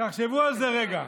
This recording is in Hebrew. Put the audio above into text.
תחשבו על זה רגע.